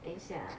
等一下啊